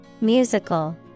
musical